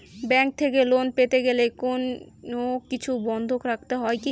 Bank থেকে loan পেতে গেলে কোনো কিছু বন্ধক রাখতে হয় কি?